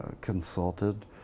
consulted